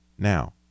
Now